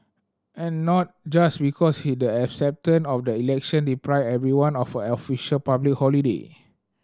and not just because he the of election deprived everyone of a official public holiday